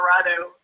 Colorado